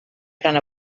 gran